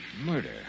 Murder